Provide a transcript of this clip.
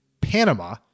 Panama